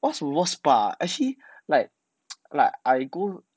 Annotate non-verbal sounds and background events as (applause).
what's the worst part actually like (noise) like I go